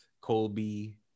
Colby